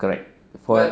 correct for